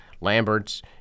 Lambert's